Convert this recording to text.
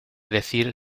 decir